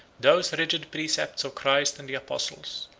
those rigid precepts of christ and the apostles,